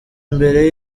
mbere